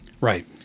Right